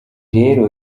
rero